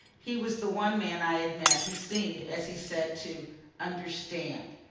he was the one man i had met who seemed, as he said, to understand.